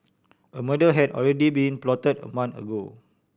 a murder had already been plotted a month ago